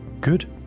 Good